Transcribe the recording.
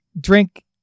drink